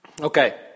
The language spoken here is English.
Okay